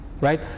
right